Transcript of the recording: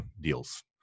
deals